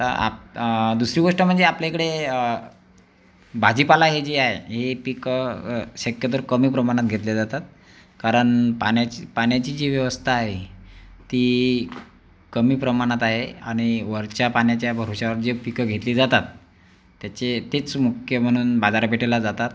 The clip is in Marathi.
दुसरी गोष्ट म्हणजे आपल्या इकडे भाजीपाला ही जी आहे ही पिकं शक्यतर कमी प्रमाणात घेतली जातात कारण पाण्याची पाण्याची जी व्यवस्था आहे ती कमी प्रमाणात आहे आणि वरच्या पाण्याच्या भरवश्यावर म्हणजे पिकं घेतली जातात त्याचे तीच मुख्य म्हणून बाजारपेठेला जातात